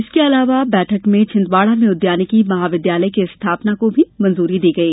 इसके अलावा बैठक में छिंदवाड़ा में उद्यानिकी महाविद्यालय के स्थापना को भी मंजूरी दी गई